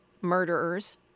murderers